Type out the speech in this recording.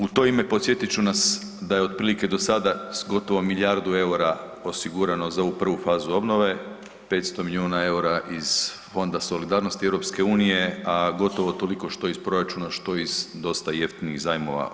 U to ime podsjetit ću nas da je otprilike do sada gotovo milijardu eura osigurano za ovu prvu fazu obnove, 500 milijuna era iz Fonda solidarnosti EU, a gotovo toliko što iz proračuna, što iz dosta jeftinih zajmova.